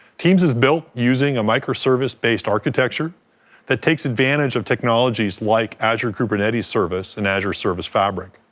teams is built using a micro service based architecture that takes advantage of technologies like azure kubernetes service and azure service fabric,